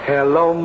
Hello